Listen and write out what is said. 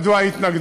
מדוע היא התנגדה,